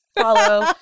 Follow